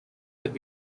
could